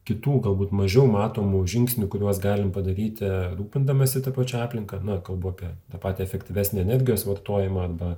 kitų galbūt mažiau matomų žingsnių kuriuos galim padaryti rūpindamiesi ta pačia aplinka na kalbu apie tą patį efektyvesnį energijos vartojimą arba